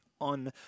on